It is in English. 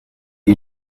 you